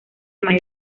manera